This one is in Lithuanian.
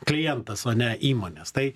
klientas o ne įmonės tai